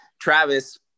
Travis